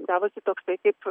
gavosi toks tai taip